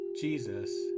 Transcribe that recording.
Jesus